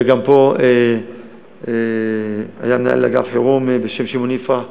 גם פה היה מנהל אגף חירום בשם שמעון יפרח,